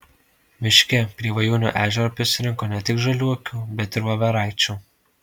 miške prie vajuonio ežero prisirinko ne tik žaliuokių bet ir voveraičių